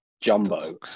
Jumbo